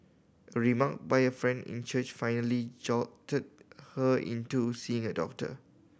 a remark by a friend in church finally jolted her into seeing a doctor